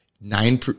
nine